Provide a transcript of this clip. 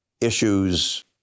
issues